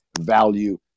value